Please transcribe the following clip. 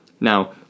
Now